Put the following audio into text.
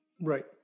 Right